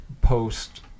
post-